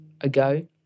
ago